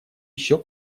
еще